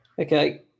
Okay